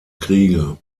kriege